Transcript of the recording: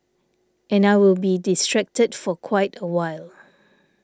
and I will be distracted for quite a while